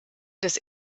des